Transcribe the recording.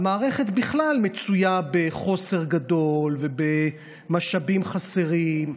שהמערכת בכלל מצויה בחוסר גדול ובמשאבים חסרים,